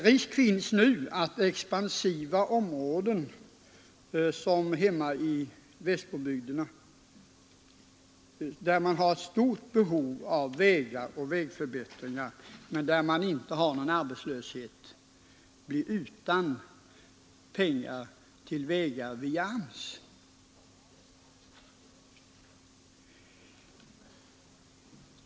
Risk finns nu att expansiva områden — som hemma i Västbobygderna — där man har ett stort behov av vägar och vägförbättringar men där man inte har arbetslöshet blir utan pengar till vägar via AMS.